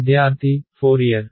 విద్యార్థి ఫోరియర్